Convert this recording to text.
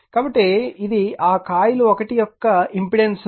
కాబట్టి ఇది ఆ కాయిల్ 1 యొక్క ఇంపెడెన్స్ R1jL1